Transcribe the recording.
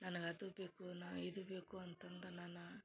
ನನಗ ಅದು ಬೇಕು ನಾ ಇದು ಬೇಕು ಅಂತಂದು ನಾನು